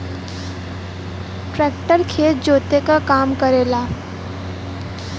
tractor खेत जोते क काम करेला